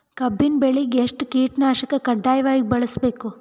ಕಬ್ಬಿನ್ ಬೆಳಿಗ ಎಷ್ಟ ಕೀಟನಾಶಕ ಕಡ್ಡಾಯವಾಗಿ ಬಳಸಬೇಕು?